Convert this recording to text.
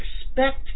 expect